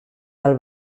del